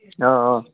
অঁ অঁ